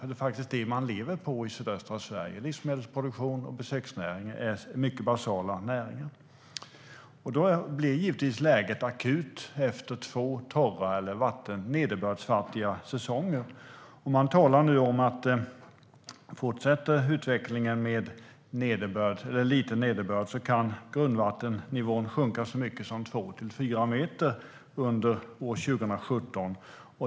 Det är faktiskt det man lever på i sydöstra Sverige. Livsmedelsproduktion och besöksnäring är mycket basala näringar. Då blir läget givetvis akut efter två torra eller nederbördsfattiga säsonger. Man talar nu om att grundvattennivån kan sjunka så mycket som två till fyra meter under år 2017 om utvecklingen med liten nederbörd fortsätter.